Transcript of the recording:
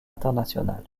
internationale